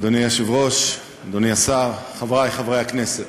אדוני היושב-ראש, אדוני השר, חברי חברי הכנסת,